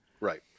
Right